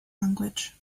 language